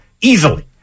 easily